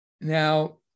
Now